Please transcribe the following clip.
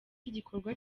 igikorwa